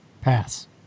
Pass